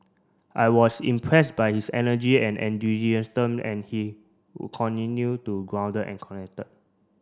I was impressed by his energy and enthusiasm and he continue to grounded and connected